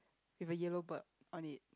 with a yellow bird on it